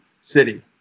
city